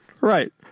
Right